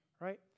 right